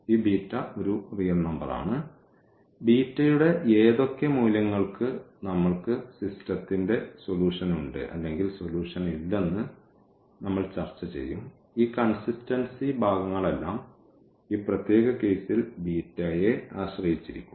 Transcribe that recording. ഈ ബീറ്റ ഒരു യഥാർത്ഥ സംഖ്യയാണ് ബീറ്റയുടെ ഏതൊക്കെ മൂല്യങ്ങൾക്ക് നമ്മൾക്ക് സിസ്റ്റത്തിന്റെ സൊല്യൂഷനുണ്ട് അല്ലെങ്കിൽ സൊല്യൂഷനില്ലെന്ന് നമ്മൾ ചർച്ച ചെയ്യും ഈ കൺസിസ്റ്റൻസി ഭാഗങ്ങളെല്ലാം ഈ പ്രത്യേക കേസിൽ ബീറ്റയെ ആശ്രയിച്ചിരിക്കും